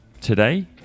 today